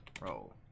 Roll